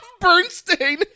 Bernstein